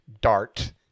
dart